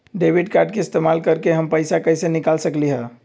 Debit card के इस्तेमाल करके हम पैईसा कईसे निकाल सकलि ह?